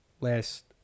last